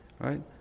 right